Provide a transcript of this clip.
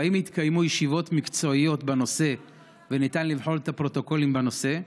והאם התקיימו ישיבות מקצועיות בנושא וניתן לבחון את הפרוטוקולים בנושא?